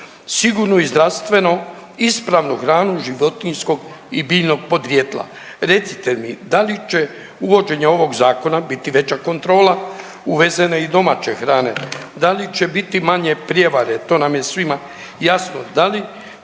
sigurnu i zdravstveno ispravnu hranu životinjskog i biljnog podrijetla. Recite mi da li će uvođenje zakona biti veća kontrola uvezene i domaće hrane? Da li će biti manje prijevare? To nam je svima jasno. Da li